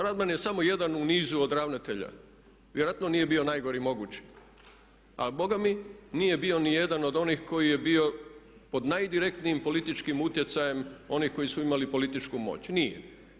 Radman je samo jedan u nizu od ravnatelja, vjerojatno nije bio najgori mogući, a bogami nije bio ni jedan od onih koji je bio pod najdirektnijim politički utjecajem onih koji su imali političku moć, nije.